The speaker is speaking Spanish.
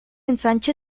ensanche